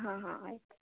ಹಾಂ ಹಾಂ ಆಯ್ತು